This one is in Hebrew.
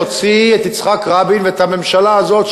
להוציא את יצחק רבין ואת הממשלה הזאת,